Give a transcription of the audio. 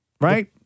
Right